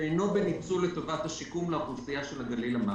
שאינו בניצול לטובת השיקום לאוכלוסיית הגליל המערבי.